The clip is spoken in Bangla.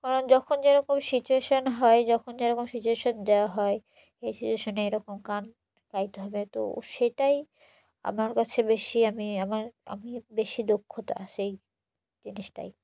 কারণ যখন যেরকম সিচুয়েশান হয় যখন যেরকম সিচুয়েশান দেওয়া হয় এই সিচুয়েশানে এরকম গান গাইতে হবে তো সেটাই আমার কাছে বেশি আমি আমার আমি বেশি দক্ষতা সেই জিনিসটাই